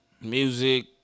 music